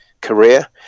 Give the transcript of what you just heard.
career